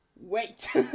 wait